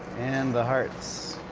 and the hearts.